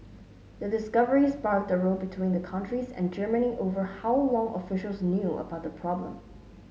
the discovery sparked a row between the countries and Germany over how long officials knew about the problem